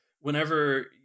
whenever